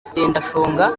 sendashonga